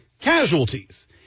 casualties